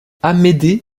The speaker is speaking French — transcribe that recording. amédée